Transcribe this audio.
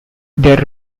their